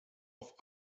auf